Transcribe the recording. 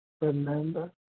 remember